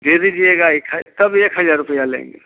दे दीजिएगा एक हज तब एक हज़ार रुपया लेंगे